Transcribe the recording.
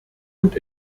und